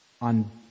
on